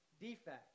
defect